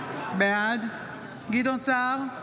בעד גדעון סער,